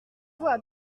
voir